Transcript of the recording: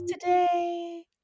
today